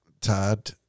Todd